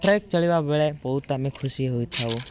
truck ଚାଲିବା ବେଳେ ବହୁତ ଆମେ ଖୁସି ହୋଇଥାଉ